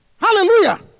Hallelujah